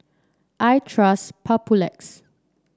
I trust Papulex